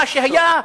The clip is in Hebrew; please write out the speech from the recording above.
מה שהיה?